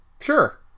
Sure